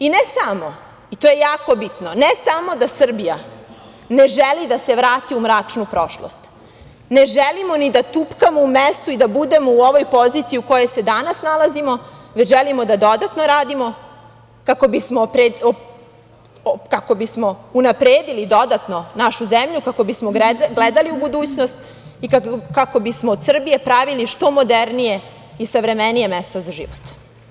I ne samo, i to je jako bitno, i ne samo da Srbija ne želi da se vrati u mračnu prošlost, ne želimo ni da tupkamo u mestu i da budemo u ovoj poziciji u kojoj se danas nalazimo, već želimo da dodatno radimo kako bismo unapredili dodatno našu zemlju, kako bismo gledali u budućnost i kako bismo od Srbije pravili što modernije i savremenije mesto za život.